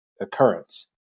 occurrence